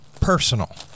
personal